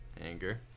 Anger